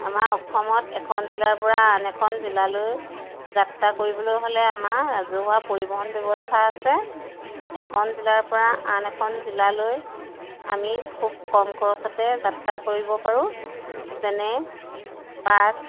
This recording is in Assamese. আমাৰ অসমত এখন জিলাৰ পৰা আন এখন জিলালৈ যাত্ৰা কৰিবলৈ হ'লে আমাৰ ৰাজহুৱা পৰিবহণ ব্যৱস্থা আছে এখন জিলাৰ পৰা আন এখন জিলালৈ আমি খুব কম খৰচতে যাত্ৰা কৰিব পাৰোঁ যেনে বাছ